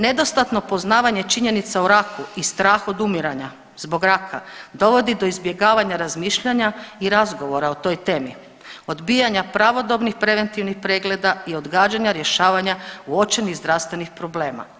Nedostatno poznavanje činjenica o raku i strahu od umiranja zbog raka dovodi do izbjegavanja razmišljanja i razgovora o toj temi, odbijanja pravodobnih preventivnih pregleda i odgađanja rješavanja uočenih zdravstvenih problema.